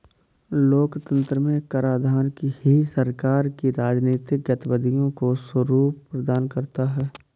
लोकतंत्र में कराधान ही सरकार की राजनीतिक गतिविधियों को स्वरूप प्रदान करता है